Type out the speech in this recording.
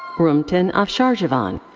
rumtin afsharjavan.